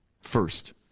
First